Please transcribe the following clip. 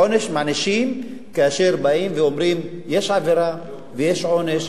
עונש מענישים כאשר באים ואומרים: יש עבירה ויש עונש.